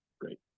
great